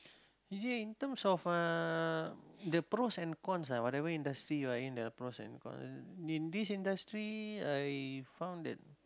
usually in terms of uh the pros and cons ah whatever industry you are in the pros and cons in this industry I found that